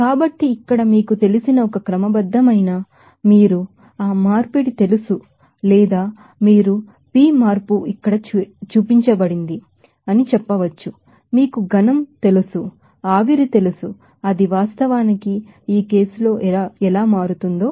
కాబట్టి ఇక్కడ ఒక క్రమబద్ధమైన మార్పిడి తెలుసు లేదా మీరు P మార్పు ఇక్కడ చూపించబడింది అని చెప్పవచ్చు ఆవిరి తెలుసు అది వాస్తవానికి ఈ కేసును ఎలా మారుస్తుందో